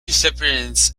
recipients